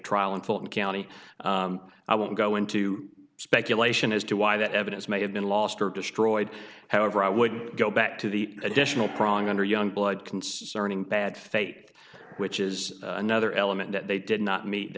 trial in fulton county i won't go into speculation as to why that evidence may have been lost or destroyed however i would go back to the additional prong under youngblood concerning bad faith which is another element that they did not meet